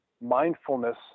mindfulness